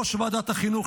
יושב-ראש ועדת החינוך,